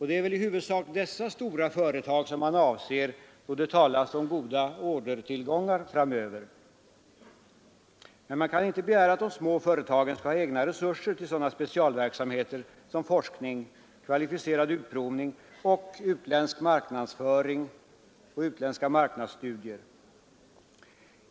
Det är också i huvudsak dessa stora företag man avser då det talas om goda orderingångar framöver. Men man kan inte begära att de små företagen skall ha egna resurser till sådana specialverksamheter som forskning, kvalificerad utprovning samt utländsk marknadsföring och utländska marknadsstudier.